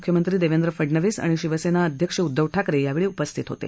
मुख्यमंत्री देवेंद्र फडनवीस आणि शिवसेना अध्यक्ष उद्धव ठाकरे यावेळी उपस्थित होते